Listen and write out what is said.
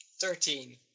Thirteen